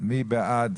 מי בעד